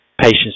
patients